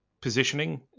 positioning